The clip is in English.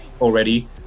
already